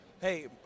Hey